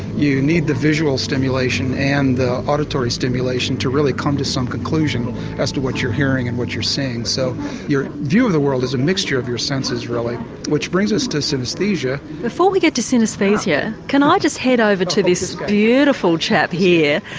you need the visual stimulation and the auditory stimulation to really come to some conclusion as to what you're hearing and what you're seeing. so your view of the world is a mixture of your senses really which brings us to synaesthesia. before we get to synaesthesia, can i just head over to this beautiful chap here.